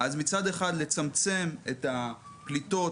מצד אחד אפשר לצמצם את הפליטות